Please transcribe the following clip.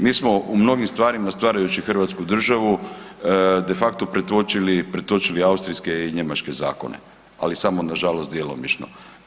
Mi smo u mnogim stvarima a stvarajući hrvatsku državu, de facto pretočili austrijske i njemačke zakone, ali samo nažalost djelomično.